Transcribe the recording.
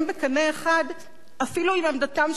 אפילו עם עמדתם של רוב מצביעי הליכוד,